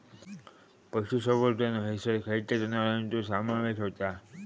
पशुसंवर्धन हैसर खैयच्या जनावरांचो समावेश व्हता?